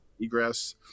egress